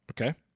okay